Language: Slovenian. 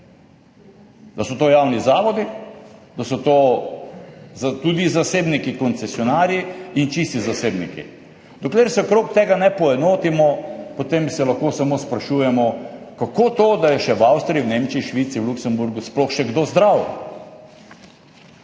Da so to javni zavodi, da so to tudi zasebniki koncesionarji in čisti zasebniki. Dokler se okrog tega ne poenotimo, potem se lahko samo sprašujemo, kako to, da je v Avstriji, v Nemčiji, Švici, v Luksemburgu sploh še kdo zdrav!